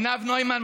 עינב נוימן,